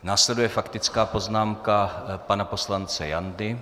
Následuje faktická poznámka pana poslance Jandy.